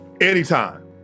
Anytime